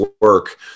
work